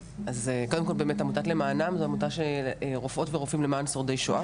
קודם כל עמותת למענם זו עמותה של רופאות ורופאים למען שורדי שואה,